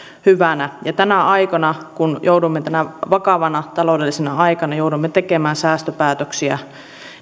hyvänä ja kun joudumme tänä vakavana taloudellisena aikana tekemään säästöpäätöksiä